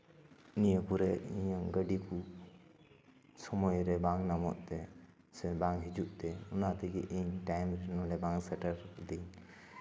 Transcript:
ᱱᱤᱭᱟᱹ ᱯᱚᱨᱮ ᱤᱧᱟᱹᱝ ᱜᱟᱹᱰᱤ ᱠᱚ ᱥᱚᱢᱚᱭ ᱨᱮ ᱵᱟᱝ ᱧᱟᱢᱚᱜ ᱛᱮ ᱥᱮ ᱵᱟᱝ ᱦᱤᱡᱩᱜ ᱛᱮ ᱚᱱᱟᱛᱮᱜᱮ ᱤᱧ ᱴᱟᱭᱤᱢᱨᱮ ᱱᱚᱰᱮ ᱵᱟᱝ ᱥᱮᱴᱮᱨ ᱮᱫᱟᱹᱧ